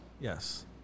yes